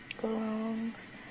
belongs